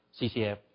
CCF